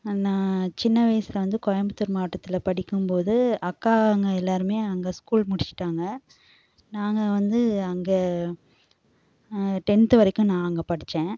நான் சின்ன வயதில் வந்து கோயம்புத்தூர் மாவட்டத்தில் படிக்கும் போது அக்காங்க எல்லாரும் அங்கே ஸ்கூல் முடிச்சுட்டாங்க நாங்கள் வந்து அங்கே டென்த் வரைக்கும் நான் அங்கே படித்தேன்